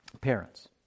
parents